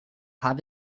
have